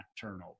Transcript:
turnover